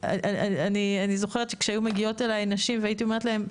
אני זוכרת שכשהיו מגיעות אלי נשים והייתי אומרת להן: